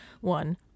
one